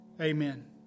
Amen